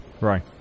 Right